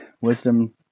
wisdom